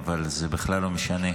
אבל זה בכלל לא משנה.